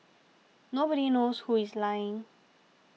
nobody knows who is lying